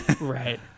Right